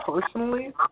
personally